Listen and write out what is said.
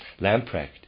Lamprecht